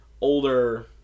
older